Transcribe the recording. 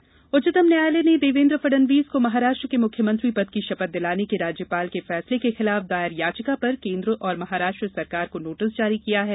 Maharashtra supreme court उच्चतम न्यायालय ने देवेन्द्र फडणवीस को महाराष्ट्र के मुख्यमंत्री पद की शपथ दिलाने के राज्यपाल के फैसले के खिलाफ दायर याचिका पर केन्द्र और महाराष्ट्र सरकार को नोटिस जारी किया है